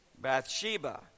bathsheba